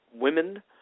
women